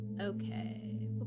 Okay